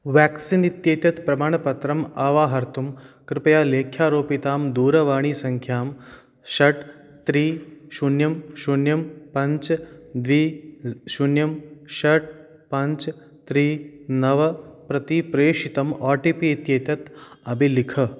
vaccine इत्येतत् प्रमाणपत्रम् अवाहर्तुं कृपया लेख्यारोपितां दूरवाणीसङ्ख्यां षट् त्रि शून्यं शून्यं पञ्च द्वि शून्यं षट् पञ्च त्रि नव प्रति प्रेषितम् ओ टि पि इत्येतत् अभिलिख